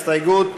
הסתייגות מס'